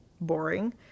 boring